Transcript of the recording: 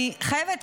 אני חייבת,